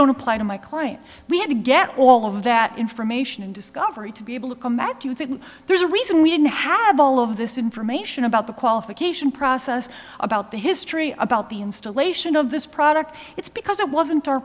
don't apply to my client we had to get all of that information in discovery to be able to come back you didn't there's a reason we didn't have all of this information about the qualification process about the history about the installation of this product it's because it wasn't our